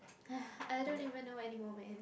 I don't even know anymore man